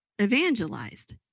evangelized